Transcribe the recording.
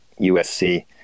USC